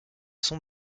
son